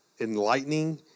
enlightening